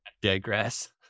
digress